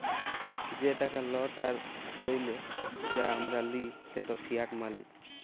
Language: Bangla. যে টাকা লট আর কইল যা আমরা লিই সেট ফিয়াট মালি